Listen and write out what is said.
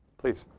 please.